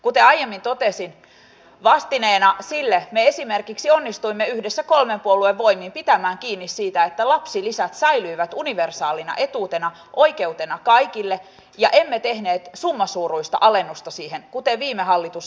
kuten aiemmin totesin vastineena sille me esimerkiksi onnistuimme yhdessä kolmen puolueen voimin pitämään kiinni siitä että lapsilisät säilyivät universaalina etuutena oikeutena kaikille ja emme tehneet summasuuruista alennusta siihen kuten viime hallitus harmillisesti teki